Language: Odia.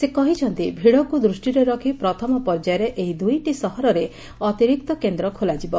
ସେ କହିଛନ୍ତି ଭିଡକୁ ଦୃଷିରେ ରଖ୍ ପ୍ରଥମ ପର୍ଯ୍ୟାୟରେ ଏହି ଦୁଇଟି ସହରରେ ଅତିରିକ୍ତ କେନ୍ଦ୍ର ଖୋଲାଯିବ